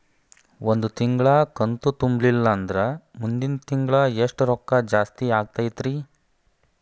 ಒಂದು ತಿಂಗಳಾ ಕಂತು ತುಂಬಲಿಲ್ಲಂದ್ರ ಮುಂದಿನ ತಿಂಗಳಾ ಎಷ್ಟ ರೊಕ್ಕ ಜಾಸ್ತಿ ಆಗತೈತ್ರಿ?